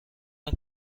and